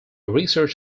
research